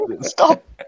stop